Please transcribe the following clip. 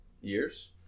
years